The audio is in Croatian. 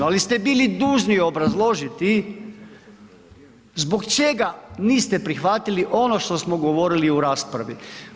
Ali ste bili dužni obrazložiti zbog čega niste prihvatili ono što smo govorili u raspravi.